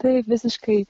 taip visiškai